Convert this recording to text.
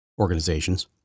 organizations